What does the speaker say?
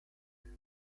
week